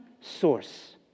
source